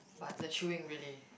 but the chewing really